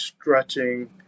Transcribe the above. stretching